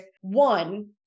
one